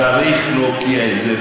צריך להוקיע את זה,